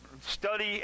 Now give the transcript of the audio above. study